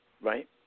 right